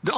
Det